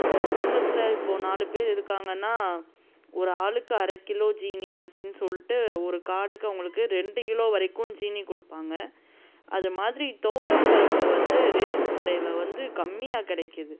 ஒரு குடும்பத்தில் இப்போது நாலு பேர் இருக்காங்கன்னா ஒரு ஆளுக்கு அரை கிலோ சீனி அப்படின் சொல்லிட்டு ஒரு கார்டுக்கு அவங்களுக்கு ரெண்டு கிலோ வரைக்கும் சீனி கொடுப்பாங்க அதுமாதிரி தோவரம் பருப்பு வந்து ரேஷன் கடையில் வந்து கம்மியாக கிடைக்கிது